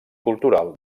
cultural